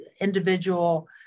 individual